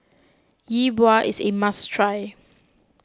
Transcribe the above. Yi Bua is a must try